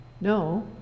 no